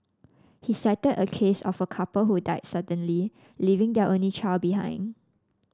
he cited a case of a couple who died suddenly leaving their only child behind